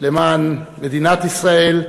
למען מדינת ישראל,